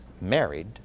married